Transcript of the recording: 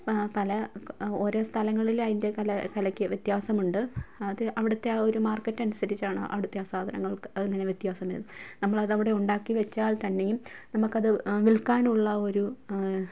പല ഓരോ സ്ഥലങ്ങളിലും അതിൻ്റെ കല കലയ്ക്ക് വ്യത്യാസമുണ്ട് അത് അവിടത്തെ ആ ഒരു മാർക്കറ്റ് അനുസരിച്ച് ആണ് അവിടുത്തെ ആ സാധനങ്ങൾക്ക് അതങ്ങനെ വ്യത്യാസം വരും നമ്മളത് അവിടെ ഉണ്ടാക്കി വച്ചാൽ തന്നെയും നമ്മൾക്കത് വിൽക്കാനുള്ള ഒരു